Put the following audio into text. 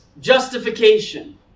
justification